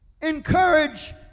Encourage